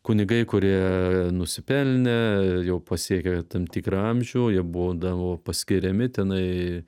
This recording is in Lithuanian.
kunigai kurie nusipelnė jau pasiekė tam tikrą amžių jie būdavo paskiriami tenai